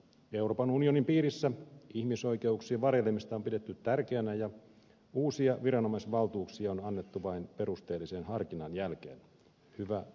euroopan unionin piirissä ihmisoikeuksien varjelemista on pidetty tärkeänä ja uusia viranomaisvaltuuksia on annettu vain perusteellisen harkinnan jälkeen hyvä niin